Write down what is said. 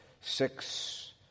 six